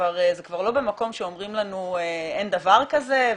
זה כבר לא במקום שאומרים לנו שאין דבר כזה,